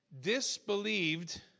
disbelieved